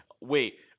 Wait